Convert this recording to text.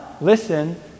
Listen